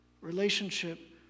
relationship